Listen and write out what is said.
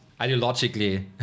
ideologically